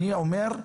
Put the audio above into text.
אני אומר,